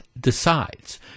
decides